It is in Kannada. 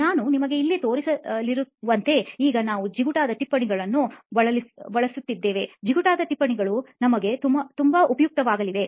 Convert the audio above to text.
ನಾನು ನಿಮಗೆ ಇಲ್ಲಿ ತೋರಿಸಲಿರುವಂತೆ ಈಗ ನಾವು ಜಿಗುಟಾದ ಟಿಪ್ಪಣಿಗಳನ್ನು ಬಳಿಸಲಿದ್ದೇವೆ ಈ ಜಿಗುಟಾದ ಟಿಪ್ಪಣಿಗಳು ನಿಮಗೆ ತುಂಬಾ ಉಪಯುಕ್ತವಾಗಲಿವೆ